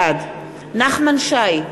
בעד נחמן שי,